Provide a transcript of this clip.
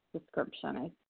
description